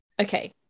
Okay